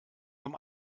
vom